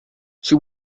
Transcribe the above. she